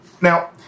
now